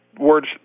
words